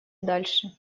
дальше